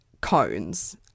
cones